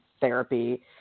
therapy